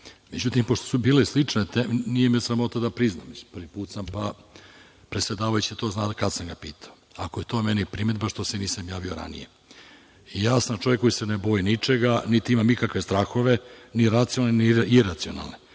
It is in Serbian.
put.Međutim, pošto su bile slične teme, nije me sramota da priznam, prvi put sam pa, predsedavajući to zna kada sam ga pitao, ako je to meni primedba što se nisam javio ranije. Ja sam čovek koji se ne boji ničega, niti imam ikakve strahove ni racionalne, ni iracionalne.